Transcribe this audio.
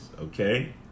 Okay